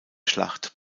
schlacht